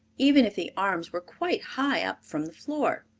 even if the arms were quite high up from the floor.